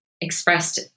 expressed